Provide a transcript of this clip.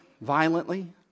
violently